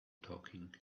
talking